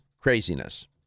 craziness